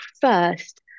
first